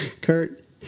Kurt